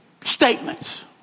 statements